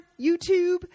YouTube